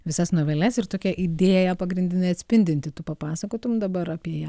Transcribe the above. visas noveles ir tokia idėja pagrindinė atspindinti tu papasakotum dabar apie ją